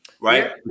Right